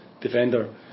defender